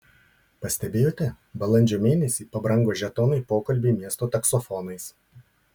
pastebėjote balandžio mėnesį pabrango žetonai pokalbiui miesto taksofonais